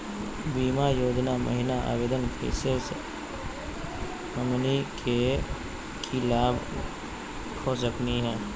बीमा योजना महिना आवेदन करै स हमनी के की की लाभ हो सकनी हे?